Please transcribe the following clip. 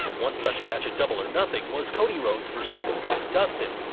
one such match at double or nothing was cody rhodes vs his brother dustin,